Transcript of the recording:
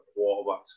quarterbacks